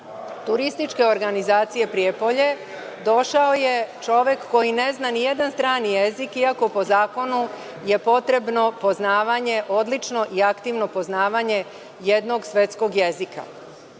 Turističke organizacije Prijepolje došao je čovek koji ne zna ni jedan strani jezik, iako po zakonu je potrebno odlično i aktivno poznavanje jednog svetskog jezika.